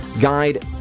guide